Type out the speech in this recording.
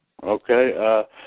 Okay